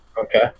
Okay